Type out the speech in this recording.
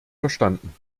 verstanden